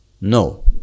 No